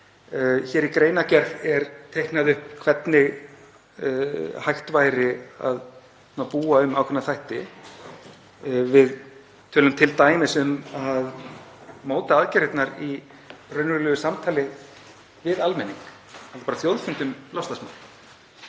Hér í greinargerð er teiknað upp hvernig hægt væri að búa um ákveðna þætti. Við tölum t.d. um að móta aðgerðirnar í raunverulegu samtali við almenning á þjóðfundi um loftslagsmál.